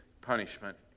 punishment